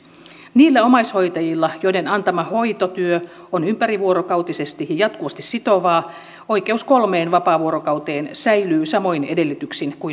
niillä omaishoitajilla joiden antama hoitotyö on ympärivuorokautisesti ja jatkuvasti sitovaa oikeus kolmeen vapaavuorokauteen säilyy samoin edellytyksin kuin nykyäänkin